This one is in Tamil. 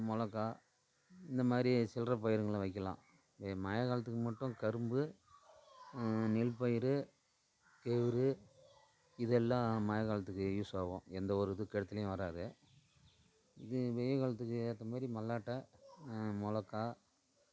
மிளகா இந்தமாதிரி சில்லறப் பயிருகள வைக்கலாம் மழை காலத்துக்கு மட்டும் கரும்பு நெல் பயிர் கேவுரு இதெல்லாம் மழை காலத்துக்கு யூஸ் ஆகும் எந்த ஒரு இது கெடுதலும் வராது இதே வெய்ல் காலத்துக்கு ஏற்ற மாதிரி மல்லாட்டை மிளகா